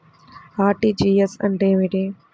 RTGS అంటే ఏమిటి?